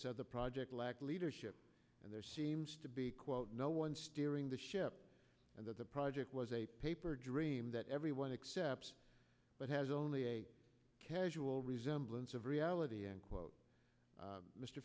said the project lacked leadership and there seems to be quote no one steering the ship and that the project was a paper dream that everyone except it has only a casual resemblance of reality end quote